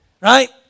right